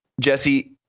Jesse